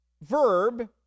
verb